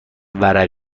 ورقه